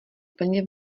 plně